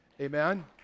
Amen